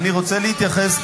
אני רוצה להתייחס,